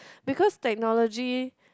because technology